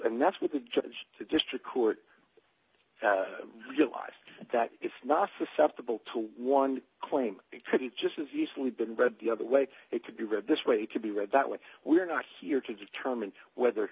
and that's with a judge to district court realize that it's not susceptible to one claim credit just as easily been read the other way it could be read this way to be read that way we are not here to determine whether